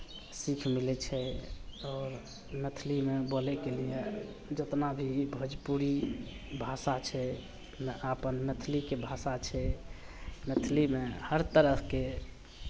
सीख मिलै छै आओर मैथिलीमे बोलयके लिए जेतना भी भोजपुरी भाषा छै तेना आपन मैथिलीके भाषा छै मैथिलीमे हरतरहके